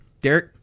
Derek